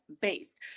based